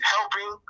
Helping